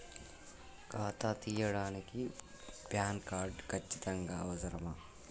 ఖాతా తీయడానికి PAN card ఖచ్చితంగా అవసరమా?